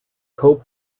cope